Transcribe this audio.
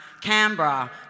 Canberra